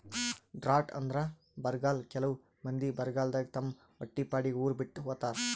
drought ಅಂದ್ರ ಬರ್ಗಾಲ್ ಕೆಲವ್ ಮಂದಿ ಬರಗಾಲದಾಗ್ ತಮ್ ಹೊಟ್ಟಿಪಾಡಿಗ್ ಉರ್ ಬಿಟ್ಟ್ ಹೋತಾರ್